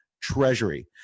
treasury